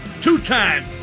two-time